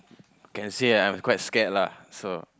can say I'm quite scared lah so